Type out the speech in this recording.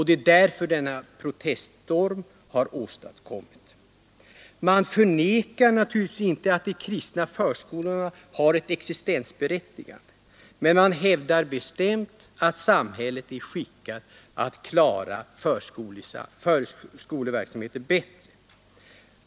Det är därför denna proteststorm har åstadkommits. Man förnekar naturligtvis inte att de kristna förskolorna har 'ett existensberättigande, men man hävdar bestämt att samhället är skickat att klara förskoleverksamheten bättre.